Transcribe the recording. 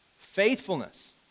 Faithfulness